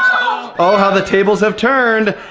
oh how the tables have turned.